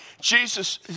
Jesus